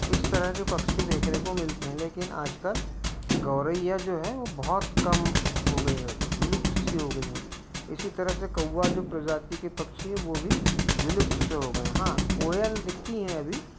इस तरह के पक्षी देखने को मिलते हैं लेकिन आज कल गौरैय्या जो है वो बहुत कम हो गई हैं विलुप्त सी हो गई हैं इसी तरह से कौआ जो प्रजाति के पक्षी है वो भी विलुप्त से हो गए हैं हाँ कोयल दिखती है अभी